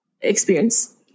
experience